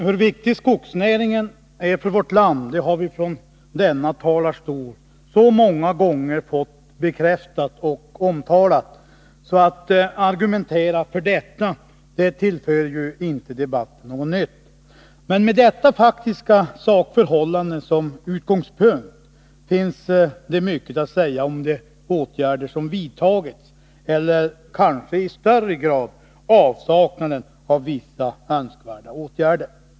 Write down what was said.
Herr talman! Vi har så många gånger fått bekräftat och omtalat hur viktig skogsnäringen är för vårt land att det inte tillför debatten något nytt att ytterligare betona det. Men med detta faktiska sakförhållande som utgångspunkt finns mycket att säga om de åtgärder som har vidtagits — eller kanske i större grad avsaknaden av vissa önskvärda åtgärder.